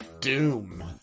doom